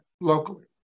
locally